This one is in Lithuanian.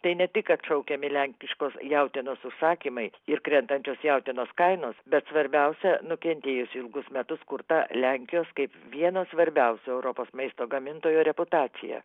tai ne tik atšaukiami lenkiškos jautienos užsakymai ir krentančios jautienos kainos bet svarbiausia nukentėjusi ilgus metus kurta lenkijos kaip vieno svarbiausio europos maisto gamintojo reputacija